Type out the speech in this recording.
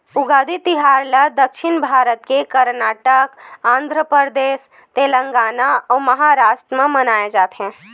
उगादी तिहार ल दक्छिन भारत के करनाटक, आंध्रपरदेस, तेलगाना अउ महारास्ट म मनाए जाथे